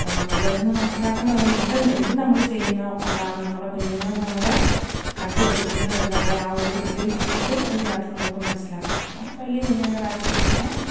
അപ്പം നമ്മൾ ഇതിൽനിന്ന് മനസ്സിലാക്കേണ്ട ഒന്നാണ് എന്ത് എന്തും നമ്മൾ ചെയ്യുന്നോ അതാണ് നമ്മുടെ കുഞ്ഞുങ്ങൾ നമ്മളെ കണ്ട് പഠിക്കുന്നു എന്നുള്ള ആ ഒരു ഇതിൽ ഇതും ഇതിനകത്ത് നമുക്ക് മനസ്സിലാക്കാം അപ്പം വലിയ കുഞ്ഞുങ്ങളെ ഡാൻസ് പഠിപ്പിക്കാൻ